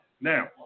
now